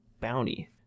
bounty